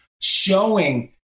showing